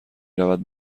رود